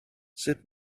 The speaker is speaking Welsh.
sut